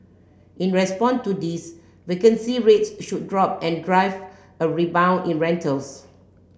in respond to this vacancy rates should drop and drive a rebound in rentals